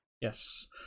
Yes